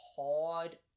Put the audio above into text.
hard